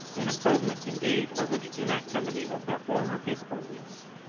an improvement indeed over the inactivity of their former peaceful weeks!